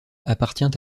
appartient